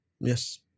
Yes